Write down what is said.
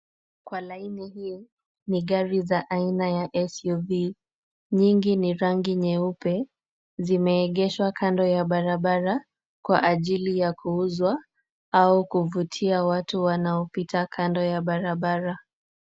Kwa laini hii, ni gari za aina ya SUV, nyingi ni rangi nyeupe. Zimeegeshwa kando ya barabara kwa ajili ya kuuzwa au kuvutia watu wanaopita kando ya barabara.